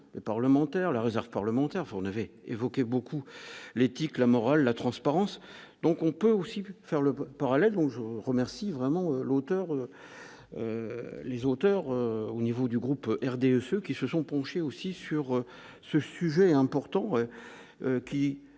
élus, parlementaires, la réserve parlementaire, on avait évoqué beaucoup l'éthique, la morale, la transparence, donc on peut aussi faire le parallèle, donc je remercie vraiment l'auteur les auteurs au niveau du groupe rde qui se sont penchés aussi sur ce sujet important